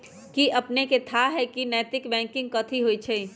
कि अपनेकेँ थाह हय नैतिक बैंकिंग कथि होइ छइ?